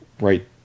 right